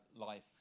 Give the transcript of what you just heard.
life